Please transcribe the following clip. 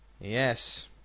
yes